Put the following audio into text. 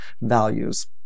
values